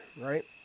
right